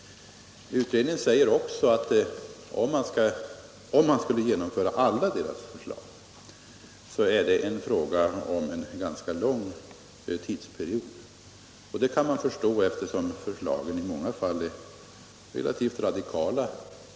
Utredningen säger också att om man skulle genomföra alla dessa förslag blir det fråga om en ganska lång tidsperiod. Det är förståeligt eftersom förslagen i många fall är relativt radikala.